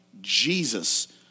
Jesus